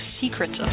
secrets